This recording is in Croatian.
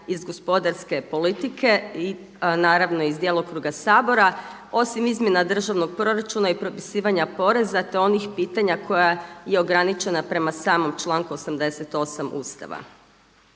iz gospodarske politike i naravno iz djelokruga Sabora. Osim izmjena državnog proračuna i propisivanja poreza, te onih pitanja koja je ograničena prema samom članku 88. Ustava.